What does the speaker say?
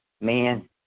man